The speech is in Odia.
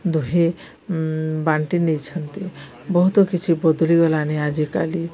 ଦୁହେଁ ବାଣ୍ଟି ନେଇଛନ୍ତି ବହୁତ କିଛି ବଦଳିଗଲାଣି ଆଜିକାଲି